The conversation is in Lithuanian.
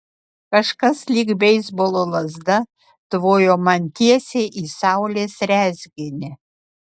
kažkas lyg beisbolo lazda tvojo man tiesiai į saulės rezginį